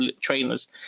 trainers